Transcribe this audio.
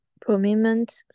prominent